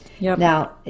Now